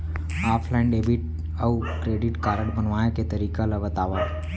Offline debit अऊ credit card बनवाए के तरीका ल बतावव?